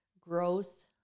growth